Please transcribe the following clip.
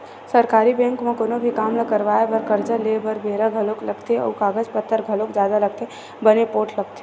सरकारी बेंक म कोनो भी काम ल करवाय बर, करजा लेय बर बेरा घलोक लगथे अउ कागज पतर घलोक जादा लगथे बने पोठ लगथे